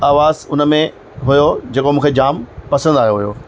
आवाज़ हुन में हुयो जेको मूंखे जामु पसंदि आयो हुयो